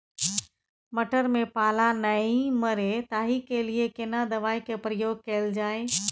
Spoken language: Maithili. मटर में पाला नैय मरे ताहि के लिए केना दवाई के प्रयोग कैल जाए?